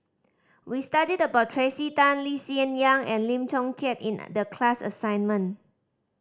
we studied about Tracey Tan Lee Hsien Yang and Lim Chong Keat in the class assignment